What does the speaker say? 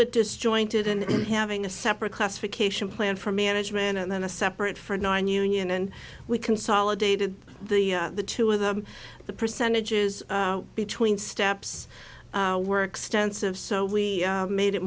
bit disjointed and having a separate classification plan for management and then a separate for nine union and we consolidated the the two of them the percentages between steps were extensive so we made it